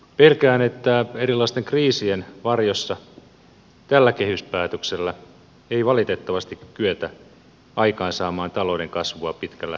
pelkään että erilaisten kriisien varjossa tällä kehyspäätöksellä ei valitettavasti kyetä aikaansaamaan talouden kasvua pitkällä tähtäimellä